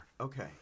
Okay